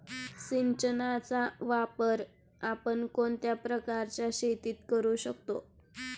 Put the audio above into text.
सिंचनाचा वापर आपण कोणत्या प्रकारच्या शेतीत करू शकतो?